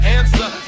answer